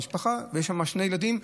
משפחה שיש בה שני ילדים,